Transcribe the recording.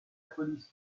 police